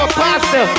pasta